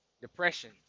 depression